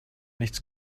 nichts